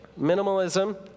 Minimalism